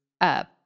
up